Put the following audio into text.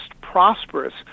prosperous